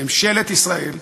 ממשלת ישראל,